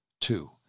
Two